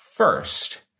First